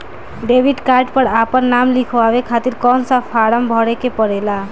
Debit card पर आपन नाम लिखाये खातिर कौन सा फारम भरे के पड़ेला?